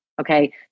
Okay